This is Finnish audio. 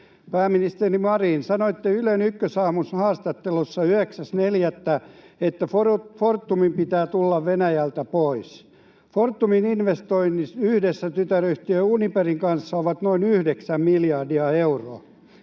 Pääministeri Marin, sanoitte Ylen Ykkösaamun haastattelussa 9.4., että Fortumin pitää tulla Venäjältä pois. Fortumin investoinnit yhdessä tytäryhtiö Uniperin kanssa ovat noin 9 miljardia euroa.